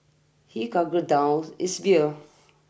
he gulped down his beer